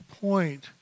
point